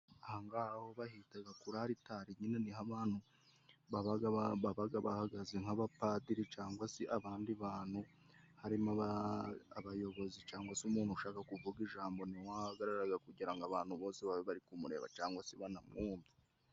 Aho ng'aho bahitaga kuri aritari nyine niho abantu babaga bahagaze nk'abapadiri cangwa se abandi bantu, harimo abayobozi cangwa se umuntu ushaka kuvuga ijambo niho ahagararaga kugira ngo abantu bose babe bari kumureba cangwa se banamwumve.